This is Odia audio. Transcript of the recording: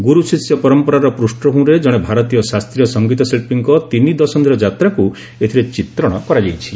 ଗୁରୁଶିଷ୍ୟ ପରମ୍ପରାର ପୂଷଭୂମିରେ ଜଣେ ଭାରତୀୟ ଶାସ୍ତ୍ରୀୟ ସଙ୍ଗୀତ ଶିଳ୍ପୀଙ୍କ ତିନିଦଶନ୍ଧିର ଯାତ୍ରାକୁ ଏଥିରେ ଚିତ୍ରଣ କରାଯାଇଛି